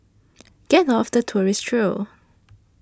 get off the tourist trail